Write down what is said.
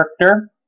character